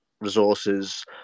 resources